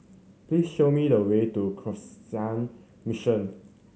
please show me the way to Canossian Mission